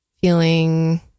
feeling